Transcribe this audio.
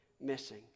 missing